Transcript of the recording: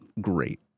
great